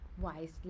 wisely